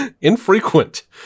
infrequent